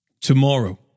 Tomorrow